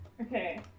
Okay